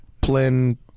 Plin